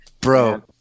bro